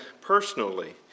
personally